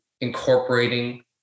incorporating